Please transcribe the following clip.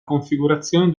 configurazione